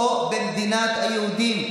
פה במדינת היהודים.